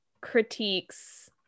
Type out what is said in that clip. critiques